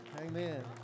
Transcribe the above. Amen